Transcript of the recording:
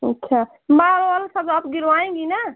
अच्छा माल वाल सब आप गिरवाएँगी ना